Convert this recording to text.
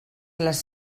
les